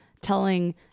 telling